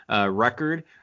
record